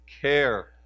care